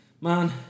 Man